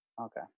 Okay